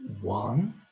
one